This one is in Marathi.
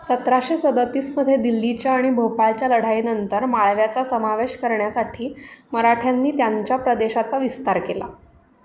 सतराशे सदतीसमध्ये दिल्लीच्या आणि भोपाळच्या लढाईनंतर माळव्याचा समावेश करण्यासाठी मराठ्यांनी त्यांच्या प्रदेशाचा विस्तार केला